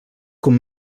com